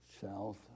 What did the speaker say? south